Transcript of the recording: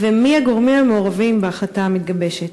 2. מי הם הגורמים המעורבים בהחלטה המתגבשת?